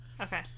Okay